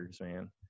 man